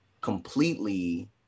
completely